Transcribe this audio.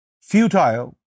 futile